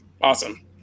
Awesome